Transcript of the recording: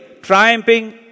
triumphing